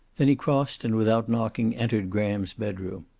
then he crossed and without knocking entered graham's bedroom.